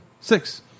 Six